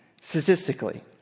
statistically